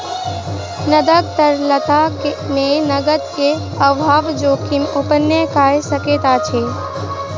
नकद तरलता मे नकद के अभाव जोखिम उत्पन्न कय सकैत अछि